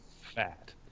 fat